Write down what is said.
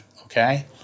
okay